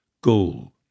goal